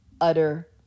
utter